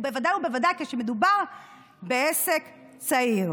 בוודאי ובוודאי כשמדובר בעסק צעיר.